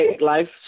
life